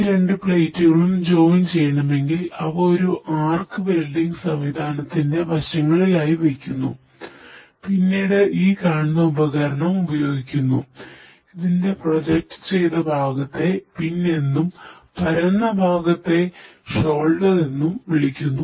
ഈ രണ്ട് പ്ലേറ്റുകളും എന്നും വിളിക്കുന്നു